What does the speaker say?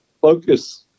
focus